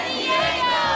Diego